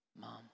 Mom